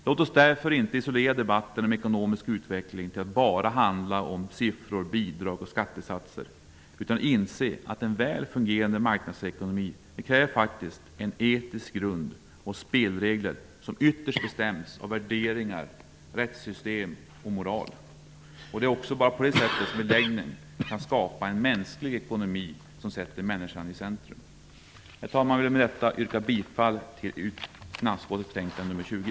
Låt oss därför inte isolera debatten om ekonomisk utveckling till att bara handla om siffror, bidrag och skattesatser, utan låt oss inse att en väl fungerande marknadsekonomi kräver en etisk grund och spelregler som ytterst bestäms av värderingar, rättssystem och moral. Det är också bara på det sättet som vi i längden kan skapa en mänsklig ekonomi som sätter människan i centrum. Herr talman! Jag yrkar bifall till finansutskottets hemställan i betänkande FiU 20.